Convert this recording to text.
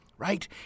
Right